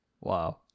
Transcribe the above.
wow